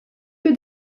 que